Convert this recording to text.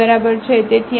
તેથી આ કિસ્સામાં આ 2 છે